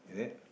is it